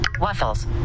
Waffles